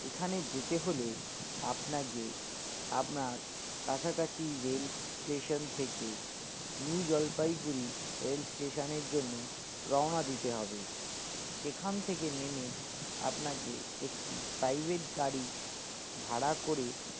এখানে যেতে হলে আপনাকে আপনার কাছাকাছি রেল স্টেশন থেকে নিউ জলপাইগুড়ি রেল স্টেশনের জন্য রওনা দিতে হবে সেখান থেকে নেমে আপনাকে একটি প্রাইভেট গাড়ি ভাড়া করে